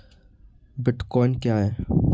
Bitcoin क्या है?